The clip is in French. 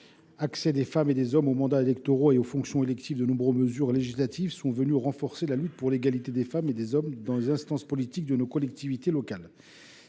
accès des femmes et des hommes aux mandats électoraux et fonctions électives, de nombreuses mesures législatives ont été prises pour renforcer la lutte pour l’égalité des femmes et des hommes dans les instances politiques de nos collectivités locales.